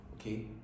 Okay